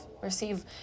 receive